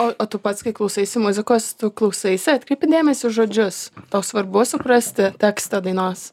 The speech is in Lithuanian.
o o tu pats kai klausaisi muzikos tu klausaisi atkreipi dėmesį į žodžius tau svarbu suprasti tekstą dainos